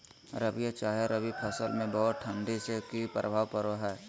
रबिया चाहे रवि फसल में बहुत ठंडी से की प्रभाव पड़ो है?